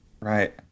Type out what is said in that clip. Right